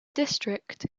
district